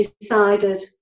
decided